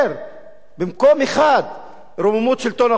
במקום אחד רוממות שלטון החוק בגרונם,